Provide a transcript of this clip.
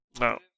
No